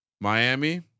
Miami